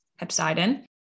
hepcidin